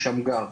ושמגר.